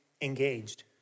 engaged